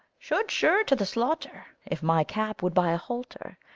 should sure to the slaughter, if my cap would buy a halter.